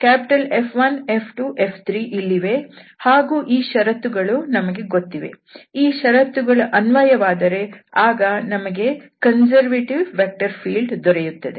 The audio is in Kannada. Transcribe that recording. F1 F2 F3 ಇಲ್ಲಿವೆ ಹಾಗೂ ಈ ಷರತ್ತುಗಳು ನಮಗೆ ಗೊತ್ತಿವೆ ಈ ಶರತ್ತುಗಳು ಅನ್ವಯವಾದರೆ ಆಗ ನಮಗೆ ಕನ್ಸರ್ವೇಟಿವ್ ವೆಕ್ಟರ್ ಫೀಲ್ಡ್ ದೊರೆಯುತ್ತದೆ